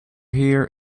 here